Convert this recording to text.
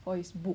for his book